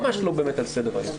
ממש לא באמת על סדר היום.